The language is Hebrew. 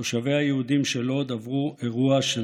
תושביה היהודים של לוד עברו אירוע של